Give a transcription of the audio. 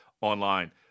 online